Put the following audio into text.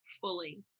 fully